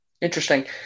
Interesting